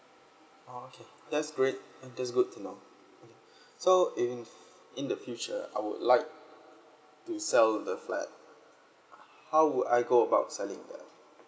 okay that's great ya that's good to know so in in the future I would like to sell the flat how would I go about selling that